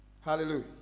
Hallelujah